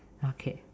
okay